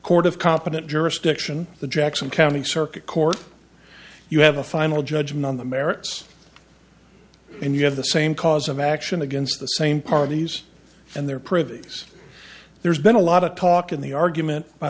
court of competent jurisdiction the jackson county circuit court you have a final judgment on the merits and you have the same cause of action against the same parties and their privies there's been a lot of talk in the argument by